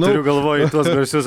turiu galvoj tuos garsius